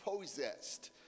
possessed